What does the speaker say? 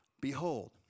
Behold